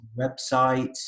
websites